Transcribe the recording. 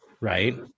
Right